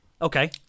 Okay